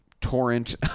torrent